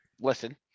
listen